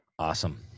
Awesome